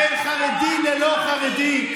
בין חרדי ללא חרדי.